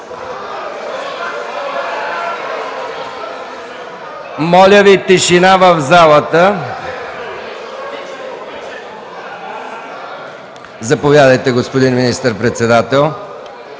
Моля Ви за тишина в залата! Заповядайте, господин министър-председател.